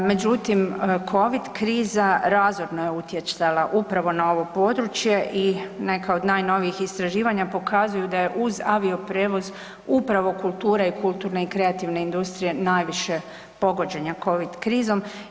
Međutim, covid kriza razorno je utjecala upravo na ovo područje i neka od najnovijih istraživanja pokazuju da je uz avioprijevoz upravo kultura i kulturne i kreativne industrije najviše pogođene covid krizom.